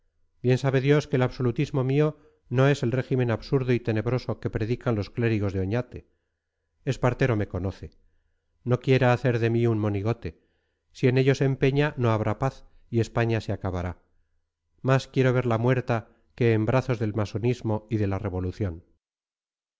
bien sabe dios que el absolutismo mío no es el régimen absurdo y tenebroso que predican los clérigos de oñate espartero me conoce no quiera hacer de mí un monigote si en ello se empeña no habrá paz y españa se acabará más quiero verla muerta que en brazos del masonismo y de la revolución